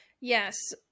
yes